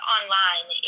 online